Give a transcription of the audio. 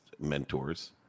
Mentors